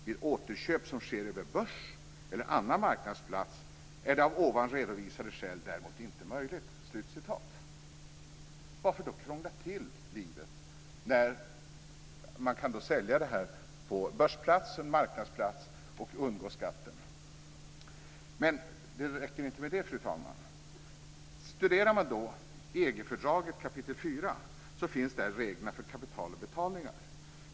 Vid återköp som sker på börs eller annan marknadsplats är det av ovan redovisade skäl däremot inte möjligt." Varför då krångla till livet när man kan sälja det här på börs eller annan marknadsplats och undgå skatten? Men det räcker inte med detta, fru talman. Om man studerar EG-fördraget kap. 4 finner man där reglerna för kapital och betalningar.